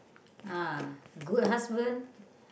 ah good husband